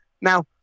Now